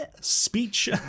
speech